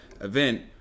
event